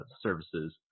services